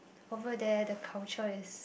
over there the culture is